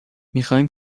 میخواییم